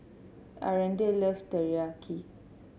Aretha love Teriyaki